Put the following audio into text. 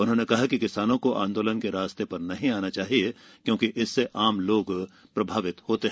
उन्होंने कहा कि किसानों को आंदोलन के रास्ते पर नहीं आना चाहिए क्योंकि इससे आम लोग प्रभावित होते हैं